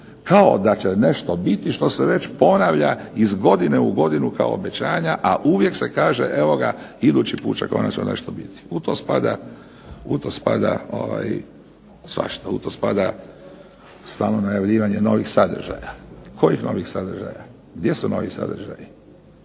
kao da će nešto biti što se već nešto ponavlja iz godine u godinu kao obećanja, a uvijek se naže evo ga idući put će konačno nešto biti. U sto spada svašta. U to spada stalno najavljivanje novih sadržaja. Kojih novih sadržaja? Gdje su novi sadržaji?